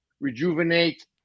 rejuvenate